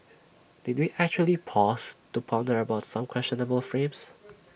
did we actually pause to ponder about some questionable frames